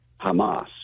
Hamas